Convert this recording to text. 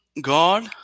God